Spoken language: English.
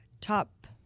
top